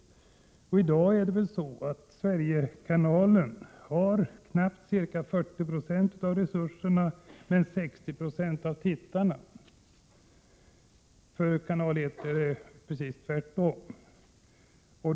I dag har väl Sverigekanalen knappt 40 96 av resurserna men 60 96 av tittarna. För kanal 1 är det precis tvärtom.